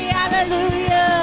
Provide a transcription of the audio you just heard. hallelujah